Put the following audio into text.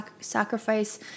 sacrifice